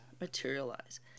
materialize